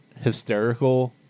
hysterical